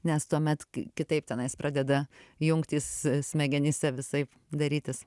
nes tuomet kitaip tenais pradeda jungtys smegenyse visaip darytis